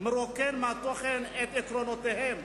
ומרוקן מתוכן את עקרונותיהם.